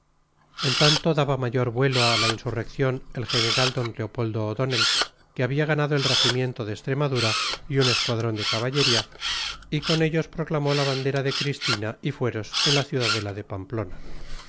en tanto daba mayor vuelo a la insurrección el general d leopoldo o'donnell que había ganado el regimiento de extremadura y un escuadrón de caballería y con ellos proclamó la bandera de cristina y fueros en la ciudadela de pamplona